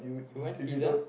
who want pizza